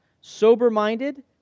sober-minded